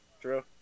True